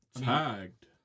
Tagged